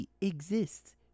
exists